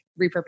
repurpose